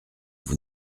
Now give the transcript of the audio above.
vous